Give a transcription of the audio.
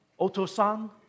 otosan